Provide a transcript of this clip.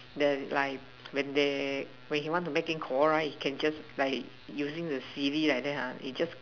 then like when they when he want to making calls right you can just like using the C D like that ah he just